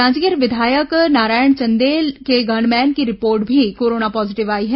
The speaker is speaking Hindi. जांजगीर विधायक नारायण चंदेल के गनमैन की रिपोर्ट भी कोरोना पॉजिटिव आई है